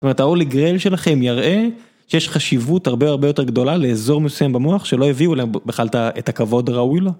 זאת אומרת ה-holly grail שלכם יראה שיש חשיבות הרבה הרבה יותר גדולה לאזור מסיים במוח שלא הביאו להם בכלל את הכבוד הראוי לו.